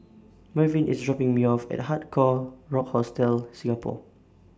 Mervyn IS dropping Me off At Hard Rock Hostel Singapore